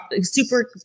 super